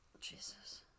Jesus